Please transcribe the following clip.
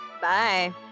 Bye